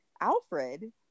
Alfred